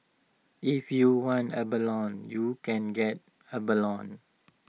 if you want abalone you can get abalone